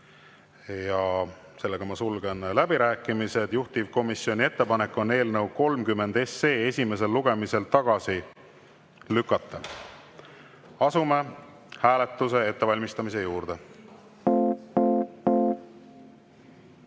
ei ole. Sulgen läbirääkimised. Juhtivkomisjoni ettepanek on eelnõu 30 esimesel lugemisel tagasi lükata. Asume hääletuse ettevalmistamise juurde.